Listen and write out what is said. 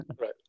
right